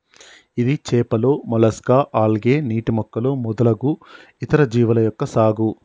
ఇది చేపలు, mollusca, algae, నీటి మొక్కలు మొదలగు ఇతర జీవుల యొక్క సాగు